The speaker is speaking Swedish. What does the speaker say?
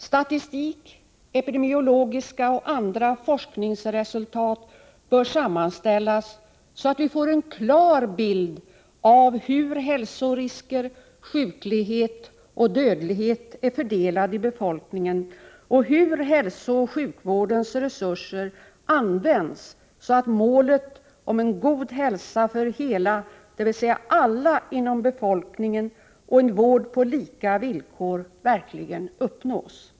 Statistik, epidemiologiska och andra forskningsresultat bör sammanställas så att vi får en klar bild av hur hälsorisker, sjuklighet och dödlighet är fördelade inom befolkningen och hur hälsooch sjukvårdens resurser används så att målet om en god hälsa för hela befolkningen — dvs. alla — och en vård på lika villkor verkligen uppnås.